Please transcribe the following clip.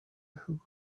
who